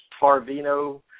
Tarvino